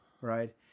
right